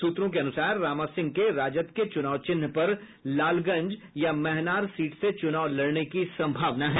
सूत्रों के अनुसार रामा सिंह के राजद के चुनाव चिन्ह पर लालगंज या महनार से चुनाव लड़ने की सम्भावना है